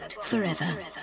forever